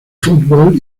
fútbol